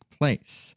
place